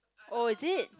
oh is it